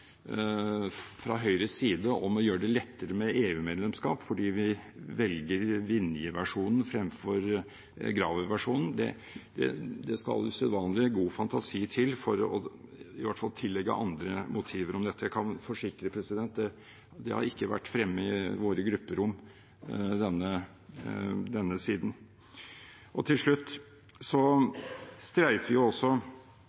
fra Høyres side om å gjøre det lettere for EU-medlemskap fordi vi velger Vinje-versjonen fremfor Graver-versjonen, skal det usedvanlig god fantasi til – i hvert fall å tillegge andre motiver om dette. Jeg kan forsikre om at denne siden ikke har vært fremme i våre